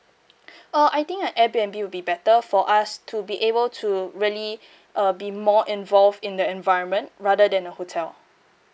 uh I think at Airbnb would be better for us to be able to really uh be more involved in the environment rather than a hotel